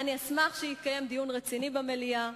אשמח אם יתקיים דיון רציני במליאה.